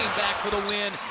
back for the win,